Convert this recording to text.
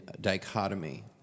dichotomy